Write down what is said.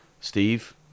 Steve